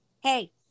Hey